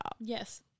Yes